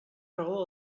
raó